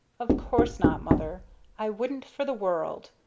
of course not, mother i wouldn't for the world.